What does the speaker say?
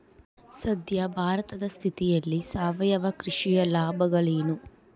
ಸದ್ಯ ಭಾರತದ ಸ್ಥಿತಿಯಲ್ಲಿ ಸಾವಯವ ಕೃಷಿಯ ಲಾಭಗಳೇನು?